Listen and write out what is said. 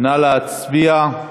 נא להצביע.